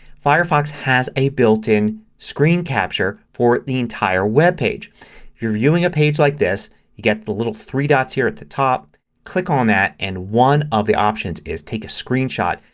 firefox has a builtin screen capture for the entire webpage. if you're viewing a page like this you get the little three dots here at the top, click on that. and one of the options is take a screenshot.